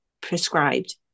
prescribed